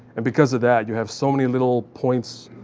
and because of that, you have so many little points